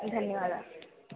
धन्यवादः